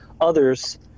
others